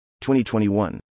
2021